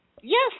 Yes